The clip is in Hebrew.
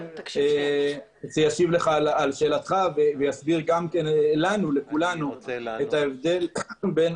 שישיב לך על שאלתך ויסביר לכולנו את ההבדל בין